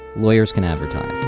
lawyers can advertise